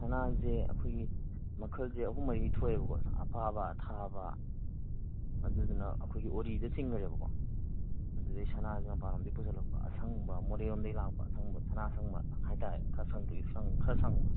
ꯁꯅꯥꯁꯦ ꯑꯩꯈꯣꯏꯒꯤ ꯃꯈꯜꯁꯦ ꯑꯍꯨꯝ ꯃꯔꯤ ꯊꯣꯛꯑꯦꯕꯀꯣ ꯑꯄꯥꯕ ꯑꯊꯥꯕ ꯑꯗꯨꯗꯨꯅ ꯑꯩꯈꯣꯏꯒꯤ ꯑꯣꯔꯤꯗ ꯆꯤꯡꯕꯅꯦꯕꯀꯣ ꯑꯗꯨꯗꯒꯤ ꯁꯅꯥꯁꯦ ꯃꯄꯥꯜꯂꯣꯝꯗꯒꯤ ꯄꯨꯁꯤꯜꯂꯛꯄ ꯑꯁꯪꯕ ꯃꯣꯔꯦꯔꯣꯝꯗꯒꯤ ꯂꯥꯛꯄ ꯑꯁꯪꯕ ꯁꯅꯥ ꯑꯁꯪꯕ ꯍꯥꯏ ꯇꯥꯔꯦ ꯈꯔ ꯁꯪꯇ꯭ꯔꯤꯛ ꯈꯔ ꯁꯪꯕ